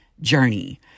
journey